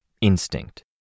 Instinct